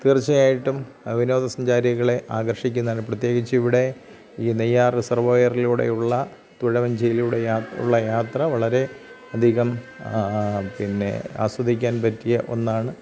തീർച്ചയായിട്ടും വിനോദസഞ്ചാരികളെ ആകർഷിക്കുന്നാണ് പ്രത്യേകിച്ച് ഇവിടെ ഈ നെയ്യാർ റിസർവോയർലൂടെയുള്ള തുഴ വഞ്ചിയിലൂടെയുള്ള യാത്ര വളരെ അധികം പിന്നെ ആസ്വദിക്കാൻ പറ്റിയ ഒന്നാണ്